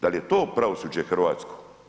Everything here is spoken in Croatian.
Da li je to pravosuđe hrvatsko?